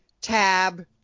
tab